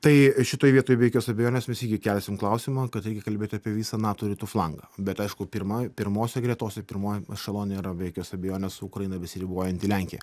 tai šitoj vietoj be jokios abejonės mes igi kelsim klausimą kad reikia kalbėt apie visą nato rytų flangą bet aišku pirma pirmose gretose pirmuojam ešelone yra be jokios abejonės su ukraina besiribojanti lenkija